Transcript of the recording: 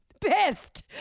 pissed